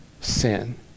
sin